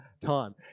time